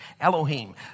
Elohim